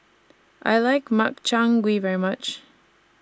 I like Makchang Gui very much